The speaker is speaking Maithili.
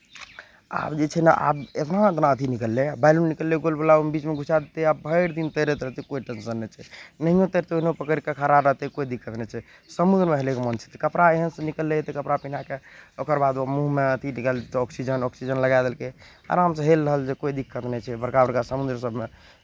आब जे छै ने आब एतना एतना अथी निकललैए बैलून निकललैए गोलवला ओहिमे बीचमे घुसाए देतै आ भरि दिन तैरैत रहतै कोइ टेंसन नहि छै नहिओ तैरतै ओनाहू पकड़ि कऽ खड़ा रहतै कोइ दिक्कत नहि छै समुद्रमे हेलैक मोन छै तऽ कपड़ा एहनसँ निकललैए तऽ कपड़ा पिन्हाए कऽ ओकर बाद ओ मुँहमे अथी लगाए देलकै ऑक्सीजन ऑक्सीजन लगाए देलकै आरामसँ हेल रहल छै कोइ दिक्कत नहि छै बड़का बड़का समुन्द्र सभमे